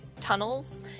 tunnels